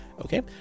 Okay